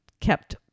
kept